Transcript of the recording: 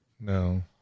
No